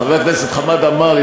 חבר הכנסת חמד עמאר,